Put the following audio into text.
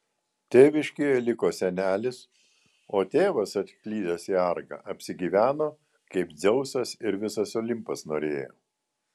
tėviškėje liko senelis o tėvas atklydęs į argą apsigyveno kaip dzeusas ir visas olimpas norėjo